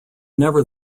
never